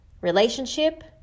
relationship